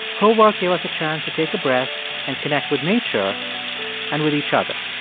her work gave us a chance to take a breath and connect with nature and with each other.